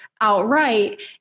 outright